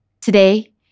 Today